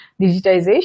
digitization